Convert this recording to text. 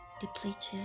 depleted